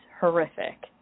horrific